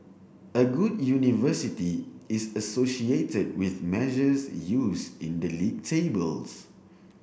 a good university is associated with measures used in the league tables